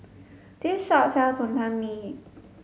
this shop sells Wonton Mee